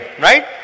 right